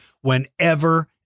whenever